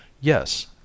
Yes